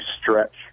stretch